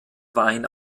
wein